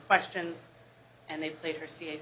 questions and they played her see